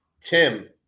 Tim